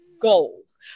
goals